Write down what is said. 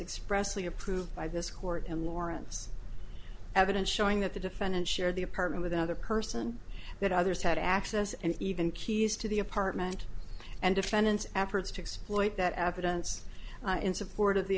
expressly approved by this court and warrants evidence showing that the defendant shared the apartment with another person that others had access and even keys to the apartment and defendant's efforts to exploit that evidence in support of the